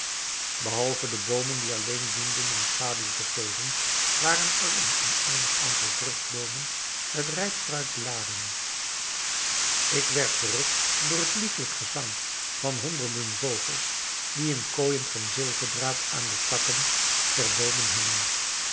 behalve de boomen die alleen dienden om schaduw te geven waren er een oneindig aantal vruchtboomen met rijp fruit beladen ik werd verrukt door het liefelijk gezang van honderden vogels die in kooijen van zilverdraad aan de takken der boomen hingen